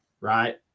right